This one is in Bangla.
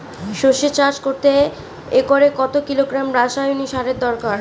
সরষে চাষ করতে একরে কত কিলোগ্রাম রাসায়নি সারের দরকার?